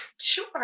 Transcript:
Sure